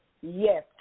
yes